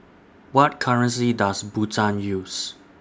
What currency Does Bhutan use